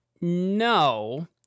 No